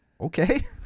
Okay